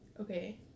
Okay